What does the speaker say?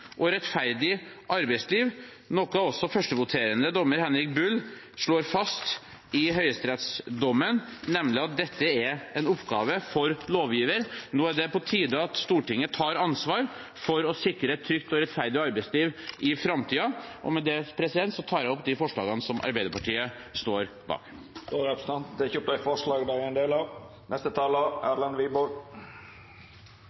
og rettferdig arbeidsliv, noe også førstvoterende dommer Henrik Bull slår fast i høyesterettsdommen, nemlig at dette er en oppgave for lovgiver. Nå er det på tide at Stortinget tar ansvar for å sikre et trygt og rettferdig arbeidsliv i framtiden. Med dette tar jeg opp de forslagene Arbeiderpartiet – sammen med andre – står bak. Representanten Arild Grande har teke opp dei forslaga han refererte til. Før jeg